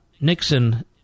Nixon